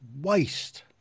waste